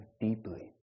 deeply